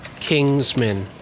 Kingsmen